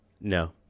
no